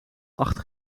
acht